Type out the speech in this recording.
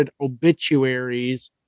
obituaries